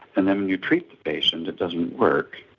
and then when you treat the patient it doesn't work.